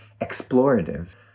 explorative